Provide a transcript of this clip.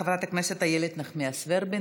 חברת הכנסת איילת נחמיאס ורבין,